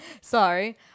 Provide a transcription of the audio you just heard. Sorry